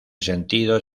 sentido